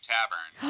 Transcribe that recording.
Tavern